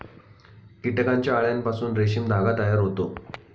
कीटकांच्या अळ्यांपासून रेशीम धागा तयार होतो